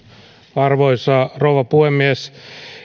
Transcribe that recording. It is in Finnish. arvoisa rouva puhemies